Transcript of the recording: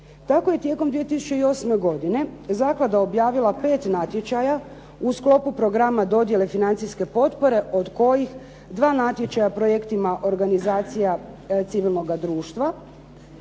Tako je tijekom 2008. godine zaklada objavila 5 natječaja u sklopu programa dodjele financijske potpore od kojih 2 natječaja projektima organizacija civilnoga društva,